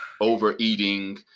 overeating